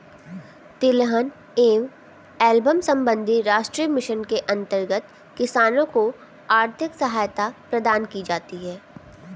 तिलहन एवं एल्बम संबंधी राष्ट्रीय मिशन के अंतर्गत किसानों को आर्थिक सहायता प्रदान की जाती है